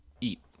eat